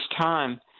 time